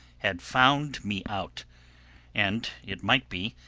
had found me out and it might be,